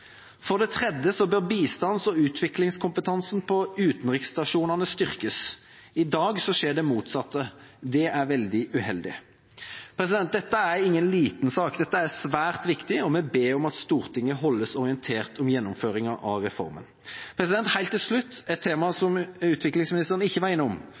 For det tredje bør bistands- og utviklingskompetansen på utenriksstasjonene styrkes. I dag skjer det motsatte. Det er veldig uheldig. Dette er ingen liten sak. Dette er svært viktig. Vi ber om at Stortinget holdes orientert om gjennomføringen av reformen. Helt til slutt, et tema som utviklingsministeren ikke var innom: